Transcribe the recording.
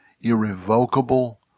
irrevocable